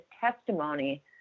testimony